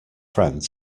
friend